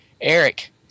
Eric